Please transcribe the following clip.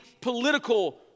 political